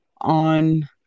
on